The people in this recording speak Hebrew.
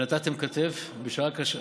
ונתתם כתף בשעה קשה.